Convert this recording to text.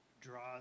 draws